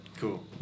cool